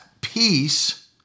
peace